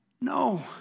No